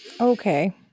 Okay